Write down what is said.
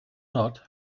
not